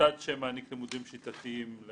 מוסד שמעניק לימודים שיטתיים.